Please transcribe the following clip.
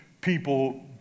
people